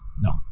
No